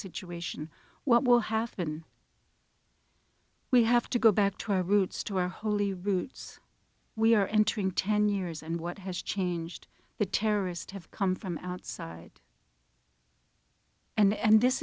situation what will happen we have to go back to our roots to our holy roots we are entering ten years and what has changed the terrorists have come from outside and